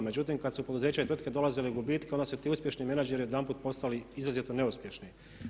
Međutim, kad su poduzeća i tvrtke dolazili u gubitke, onda su ti uspješni menadžeri odjedanput postali izrazito neuspješni.